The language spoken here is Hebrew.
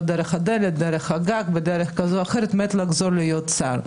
לא דרך הדלת אלא דרך הגג ובדרך אחרת מת לחזור להיות שר.